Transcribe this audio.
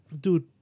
Dude